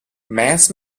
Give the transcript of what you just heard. mass